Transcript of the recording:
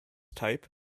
type